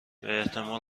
باحتمال